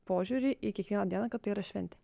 požiūrį į kiekvieną dieną kad tai yra šventė